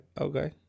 Okay